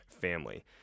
family